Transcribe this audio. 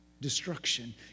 Destruction